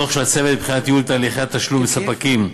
דוח של הצוות לבחינת ייעול תהליכי התשלום לספקים בממשלה,